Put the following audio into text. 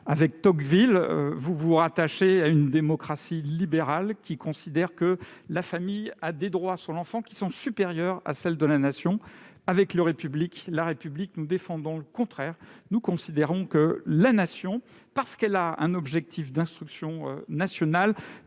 Avec Tocqueville, vous vous rattachez à une démocratie libérale, qui considère que la famille a des droits sur l'enfant supérieurs à ceux de la Nation. Avec la République, nous défendons le contraire. Nous considérons que la Nation, parce qu'elle a un objectif d'instruction nationale,